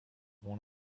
one